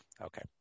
Okay